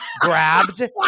grabbed